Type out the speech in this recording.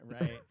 Right